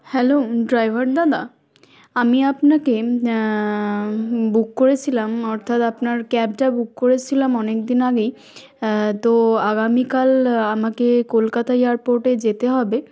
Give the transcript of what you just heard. hello driver দাদা আমি আপনাকে বুক করেছিলাম অর্থাৎ আপনার ক্যাবটা বুক করেছিলাম অনেকদিন আগেই তো আগামীকাল আমাকে কলকাতা এয়ারপোর্টে যেতে হবে